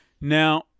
now